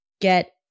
get